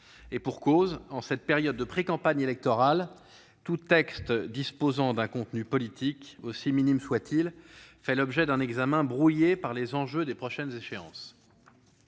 Et pour cause, en cette période de précampagne électorale, tout texte disposant d'un contenu politique, aussi minime soit-il, fait l'objet d'un examen brouillé par les enjeux des prochaines échéances.